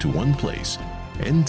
to one place ind